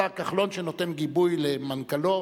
השר כחלון שנותן גיבוי למנכ"לו,